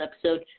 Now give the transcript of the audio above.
episode